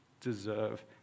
deserve